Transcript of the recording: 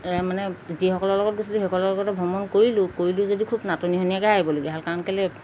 মানে যিসকলৰ লগত গৈছিলোঁ সেইসকলৰ লগতে ভ্ৰমণ কৰিলোঁ কৰিলোঁ যদিও খুব নাটনি হোৱাকৈ আহিবলগীয়া হ'ল কাৰণ কেলৈ